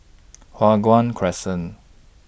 Hua Guan Crescent